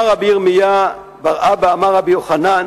"אמר רבי ירמיה בר אבא אמר רבי יוחנן